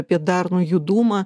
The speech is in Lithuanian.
apie darnų judumą